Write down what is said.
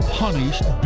punished